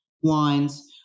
wines